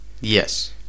Yes